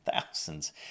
thousands